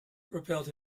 propelled